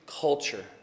culture